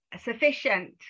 sufficient